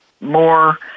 more